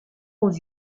aux